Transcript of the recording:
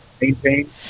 maintain